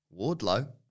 Wardlow